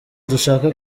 dushaka